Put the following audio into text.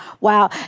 Wow